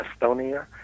Estonia